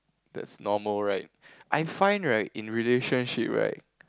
that's normal right I find right in relationship right